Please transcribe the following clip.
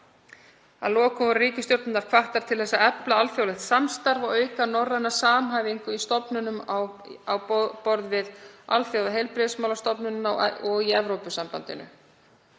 Að lokum voru ríkisstjórnirnar hvattar til þess að efla alþjóðlegt samstarf og að auka norræna samhæfingu í stofnunum á borð við Alþjóðaheilbrigðismálastofnunina og í Evrópusambandinu.